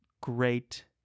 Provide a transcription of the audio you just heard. great